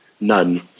None